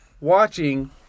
watching